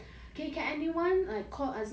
example eh budak-budak ni nama dia azmi